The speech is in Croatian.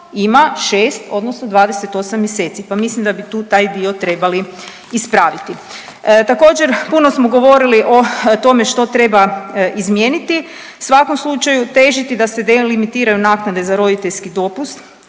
ima 6 odnosno 28 mjeseci, pa mislim da bi tu taj dio trebali ispraviti. Također puno smo govorili o tome što treba izmijeniti, u svakom slučaju težiti da se delimitiraju naknade za roditeljski dopust,